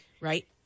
right